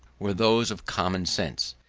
were those of common sense.